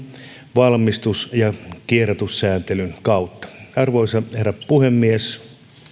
valmistus ja kierrätyssääntelyn kautta arvoisa herra puhemies